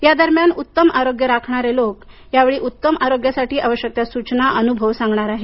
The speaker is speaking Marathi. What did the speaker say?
या संवादादरम्यान उत्तम आरोग्य राखणारे लोक या वेळी उत्तम आरोग्यासाठी आवश्यक त्या सूचना अनुभव सांगणार आहेत